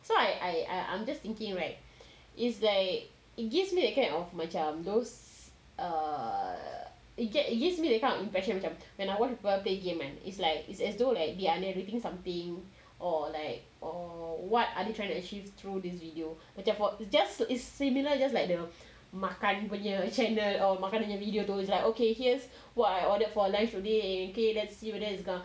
so I I I'm just thinking right is like it gives me that kind of macam those err it gives me that kind of impression macam when I watch people play game kan it's like it's as though like they are narrating something or like or what are they trying to achieve through this video macam it's just it's similar just like the makan punya channel or makan punya video it's like okay here's what I ordered for lunch today okay let's see whether it's gon~